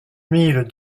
mille